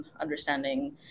understanding